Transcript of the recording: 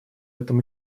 этом